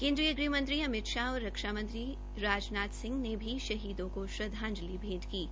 केन्द्रीय गृहमंत्री अमित शाह और रक्षा मंत्री राजनाथ सिंह ने भी शहीदों को श्रद्वांजति भेंट की है